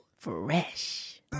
fresh